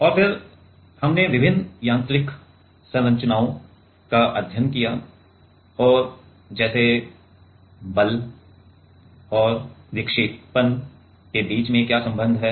और फिर हमने विभिन्न यांत्रिक संरचनाओं का अध्ययन किया और जैसे बल और विक्षेपण के बीच क्या संबंध है